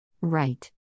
Right